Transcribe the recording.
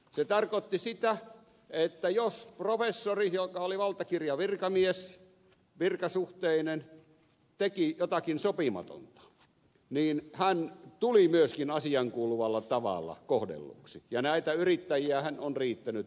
se tarkoitti sitä että jos professori joka oli valtakirjavirkamies virkasuhteinen teki jotakin sopimatonta niin hän tuli myöskin asiaankuuluvalla tavalla kohdelluksi ja näitä yrittäjiähän on riittänyt vuosikymmenten aikana